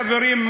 חברים,